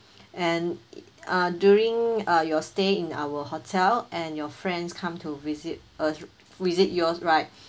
and uh during uh your stay in our hotel and your friends come to visit uh visit you right